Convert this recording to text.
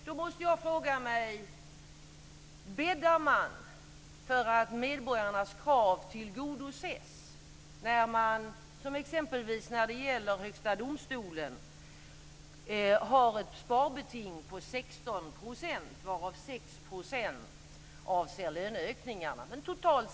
Då måste jag fråga mig: Bäddar man för att medborgarnas krav tillgodoses när man, exempelvis när det gäller Högsta domstolen, har ett sparbeting på totalt 16 %, varav 6 % avser löneökningarna?